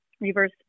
Reverse